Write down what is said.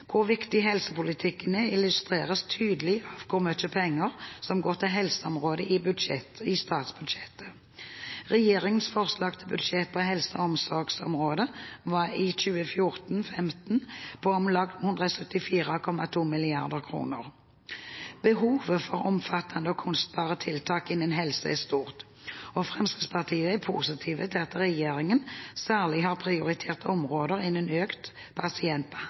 Hvor viktig helsepolitikken er, illustreres tydelig av hvor mye penger som går til helseområdet i statsbudsjettet. Regjeringens forslag til budsjett på helse- og omsorgsområdet for 2015 var på om lag 174,2 mrd. kr. Behovet for omfattende og kostbare tiltak innen helse er stort, og Fremskrittspartiet er positiv til at regjeringen særlig har prioritert områder som økt